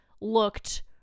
looked